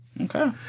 Okay